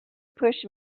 push